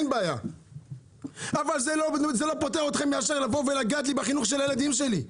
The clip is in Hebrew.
אבל זה לא פוטר אתכם כשאתם באים לגעת בחינוך של הילדים שלי.